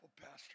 pastor